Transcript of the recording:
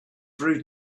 through